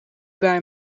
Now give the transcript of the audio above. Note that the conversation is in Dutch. bij